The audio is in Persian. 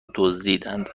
دزدیدند